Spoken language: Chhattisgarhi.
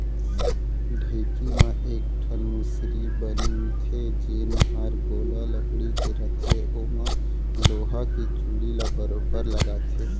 ढेंकी म एक ठन मुसरी बन थे जेन हर गोल लकड़ी के रथे ओमा लोहा के चूड़ी ल बरोबर लगाथे